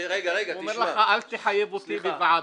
--- הוא אומר לך אל תחייב אותי בוועדה.